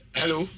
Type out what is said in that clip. hello